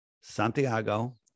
Santiago